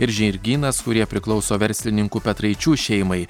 ir žirgynas kurie priklauso verslininkų petraičių šeimai